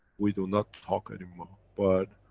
we do not talk anymore, but,